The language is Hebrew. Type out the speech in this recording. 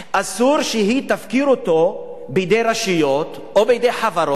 אסור שהיא תפקיר אותו בידי רשויות או בידי חברות